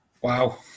Wow